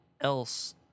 else